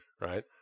Right